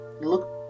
look